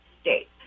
state